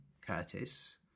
Curtis